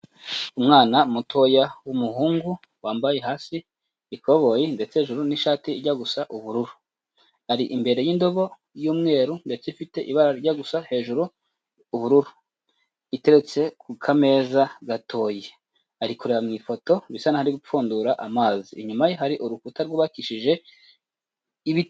Umwana mutoya w'umuhungu wambaye hasi ikoboyi ndetse hejuru n'ishati ijya gusa ubururu, ari imbere y'indobo y'umweru ndetse ifite ibara rijya gusa hejuru ubururu. Iteretse ku kameza gatoye, ari kureba mu ifoto bisa n'aho ari gupfundura amazi. Inyuma ye hari urukuta rwubakishije ibiti.